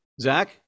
Zach